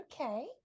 Okay